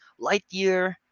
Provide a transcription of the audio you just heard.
Lightyear